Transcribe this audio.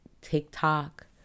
TikTok